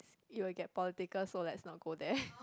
it will get political so let's not go there